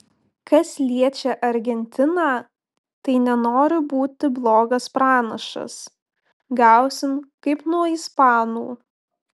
kas liečia argentiną tai nenoriu būti blogas pranašas gausim kaip nuo ispanų